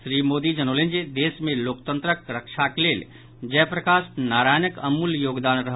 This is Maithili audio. श्री मोदी जनौलनि जे देश मे लोकतंत्रक रक्षाक लेल जय प्रकाश नारायणक अमूल्य योगदान रहल